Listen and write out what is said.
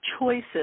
choices